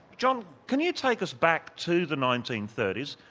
john, can you take us back to the nineteen thirty s,